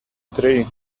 three